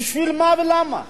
בשביל מה ולמה?